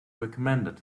recommended